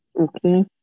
Okay